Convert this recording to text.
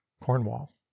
Cornwall